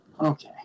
Okay